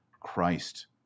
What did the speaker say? Christ